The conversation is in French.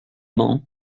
men